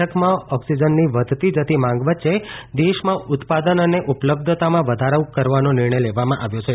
બેઠકમાં ઓક્સિજનની વધતી જતી માંગ વચ્ચે દેશમાં ઉત્પાદન અને ઉપલબ્ધતામાં વધારો કરવાનો નિર્ણય લેવામાં આવ્યો છે